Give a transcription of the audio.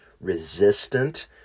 resistant